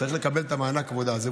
וצריך לקבל את מענק העבודה הזה,